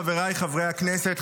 חבריי חברי הכנסת,